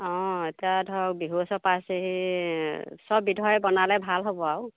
অঁ এতিয়া ধৰক বিহু ওচৰ পাইছেহি সব বিধৰে বনালে ভাল হ'ব আৰু